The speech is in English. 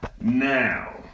Now